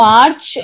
March